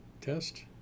test